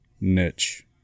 niche